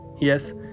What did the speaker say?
Yes